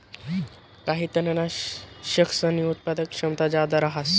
काही तननाशकसनी उत्पादन क्षमता जादा रहास